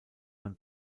man